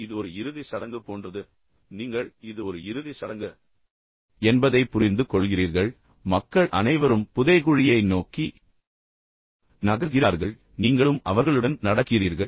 மேலும் இது ஒரு இறுதிச் சடங்கு போன்றது என்பதை நீங்கள் புரிந்து கொள்ளலாம் பின்னர் நீங்கள் இது உண்மையில் ஒரு இறுதிச் சடங்கு என்பதை புரிந்து கொள்கிறீர்கள் பின்னர் மக்கள் அனைவரும் புதைகுழியை நோக்கி நகர்கிறார்கள் நீங்களும் அவர்களுடன் நடக்கிறீர்கள்